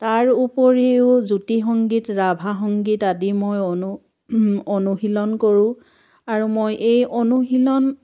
তাৰ উপৰিও জ্যোতি সংগীত ৰাভা সংগীত আদি মই অনু অনুশীলন কৰোঁ আৰু মই এই অনুশীলন